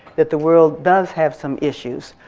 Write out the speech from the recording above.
that the world does have some issues.